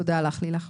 תודה לך, לילך.